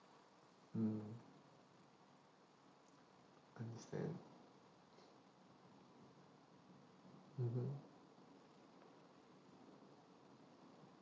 mm understand mmhmm